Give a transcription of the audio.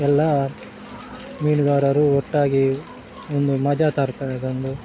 ಎಲ್ಲ ಮೀನುಗಾರರು ಒಟ್ಟಾಗಿ ಒಂದು ಮಜಾ ತರ್ತದೆ ಅದೊಂದು